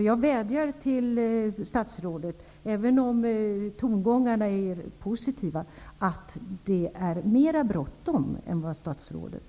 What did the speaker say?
Jag vädjar till statsrådet, även om tongångarna är positiva, att inse att det är mera bråttom.